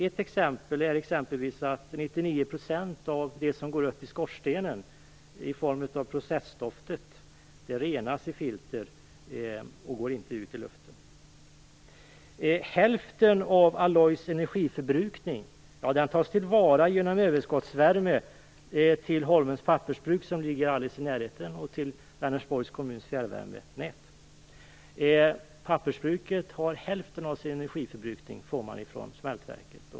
Ett exempel är att 99 % av det som går upp i skorstenen i form av processtoft renas i filter och går inte ut i luften. Hälften av den energi Alloys förbrukar tas till vara genom överskottsvärme till Holmens pappersbruk som ligger alldeles i närheten och till Vänersborgs kommuns fjärrvärmenät. Pappersbruket får hälften av sin energi från smältverket.